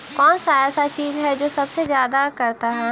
कौन सा ऐसा चीज है जो सबसे ज्यादा करता है?